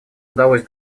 удалось